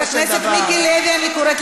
אני רוצה